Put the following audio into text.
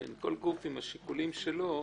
כי כל גוף עם השיקולים שלו.